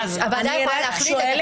הוועדה יכולה להחליט --- אני רק שואלת